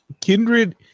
Kindred